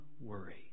worry